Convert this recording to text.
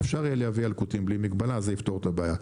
אפשר יהיה לייבא ילקוטים בלי מגבלה וזה יפתור את הבעיה.